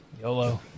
YOLO